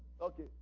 okay